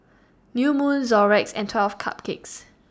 New Moon Xorex and twelve Cupcakes